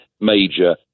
major